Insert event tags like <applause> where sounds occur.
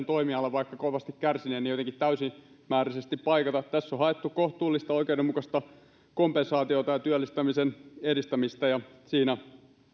<unintelligible> toimialaa vaikkakin kovasti kärsinyttä jotenkin täysimääräisesti paikata tässä on haettu kohtuullista oikeudenmukaista kompensaatiota ja työllistämisen edistämistä ja siinä